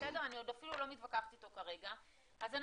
אני עוד אפילו לא מתווכחת איתו כרגע,